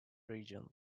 regions